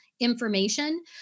information